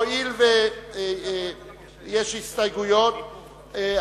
הואיל ויש הסתייגויות,